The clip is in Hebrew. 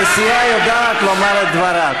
הנשיאה יודעת לומר את דברה.